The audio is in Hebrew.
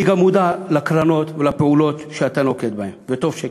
אני גם מודע לקרנות ולפעולות שאתה נוקט, וטוב שכך.